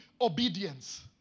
obedience